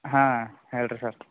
ಹಾಂ ಹೇಳಿರಿ ಸರ್